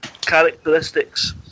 characteristics